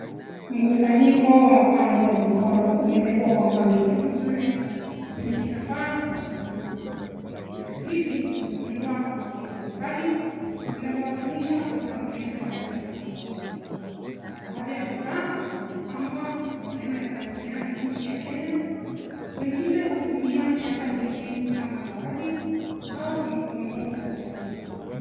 Mkusanyiko wa mapambo ya mikono yamewekwa kwa mpangilio mzuri kwenye kitambaa cha buluu. Vitu hivi vimeundwa kwa rangi mbalimbalizinazowakilisha utambulisho wa mataifa mbalimbali. Baadhi ya bidhaa zimepambwa kwa maneno yanayohusiana na nchi ya Kenya. Wengine hutumia shanga hizi kama zawadi au kumbukumbu za utalii.